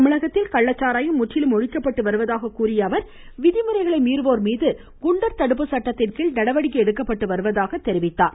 தமிழகத்தில் கள்ளச்சாராயம் முற்றிலும் ஒழிக்கப்பட்டு வருவதாக கூறிய அவர் விதிமுறைகளை மீறுவோர் மீது குண்டர் தடுப்புச் சட்டத்தின்கீழ் நடவடிக்கை எடுக்கப்பட்டு வருவதாக குறிப்பிட்டார்